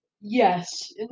Yes